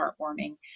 heartwarming